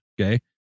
okay